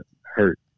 hurt